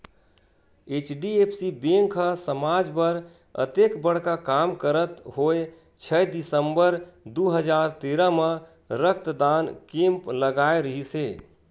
HDFC bank ह समाज बर अतेक बड़का काम करत होय छै दिसंबर दू हजार तेरा म रक्तदान कैम्प लगाय रिहिस हे